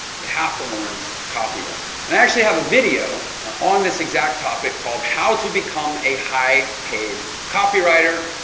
you have to learn copywriting, and i actually have a video on this exact topic called how to become a high paid copywriter.